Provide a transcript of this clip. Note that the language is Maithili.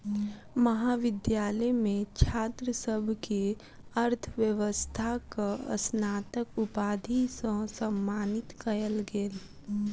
महाविद्यालय मे छात्र सभ के अर्थव्यवस्थाक स्नातक उपाधि सॅ सम्मानित कयल गेल